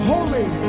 Holy